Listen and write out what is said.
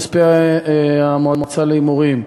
כספי המועצה להימורים,